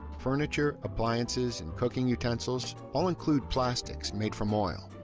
furniture, appliances and cooking utensils all include plastics made from oil.